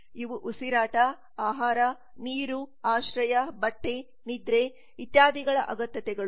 ಇವು ಉಸಿರಾಟ ಆಹಾರ ನೀರು ಆಶ್ರಯ ಬಟ್ಟೆ ನಿದ್ರೆ ಇತ್ಯಾದಿಗಳ ಅಗತ್ಯತೆಗಳು